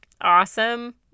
awesome